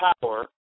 power